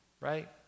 right